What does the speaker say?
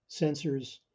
sensors